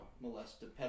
molested